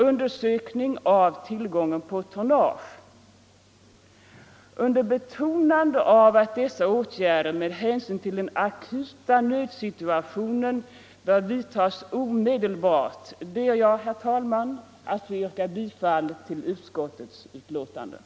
Under betonande av att dessa åtgärder med hänsyn till den akuta nödsituationen bör vidtagas omedelbart ber jag, herr talman, att få yrka bifall till utskottets hemställan.